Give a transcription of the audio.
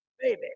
Baby